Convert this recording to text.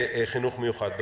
תודה.